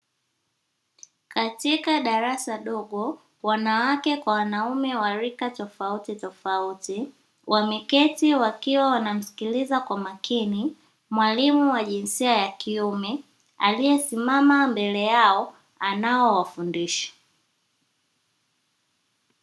Katika darasa dogo wanawake kwa wanaume wa rika tofautitofauti, wameketi wakiwa wanamsikiliza kwa makini mwalimu wa jinsia ya kiume aliyesimama mbele yao anaowafundisha.